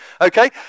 Okay